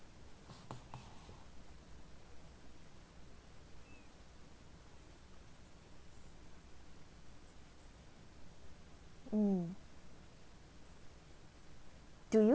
mm do you